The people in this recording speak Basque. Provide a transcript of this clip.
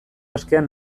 askean